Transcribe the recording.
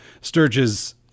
Sturges